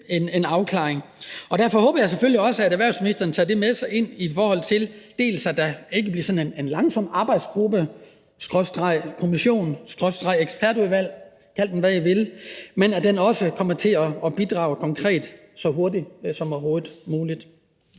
Derfor håber jeg selvfølgelig også, at erhvervsministeren tager det til sig, i forhold til at der dels ikke bliver nedsat en langsom arbejdsgruppe skråstreg kommission skråstreg ekspertudvalg – kald det, hvad I vil – men at den også kommer til at bidrage konkret så hurtigt som overhovedet muligt.